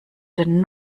den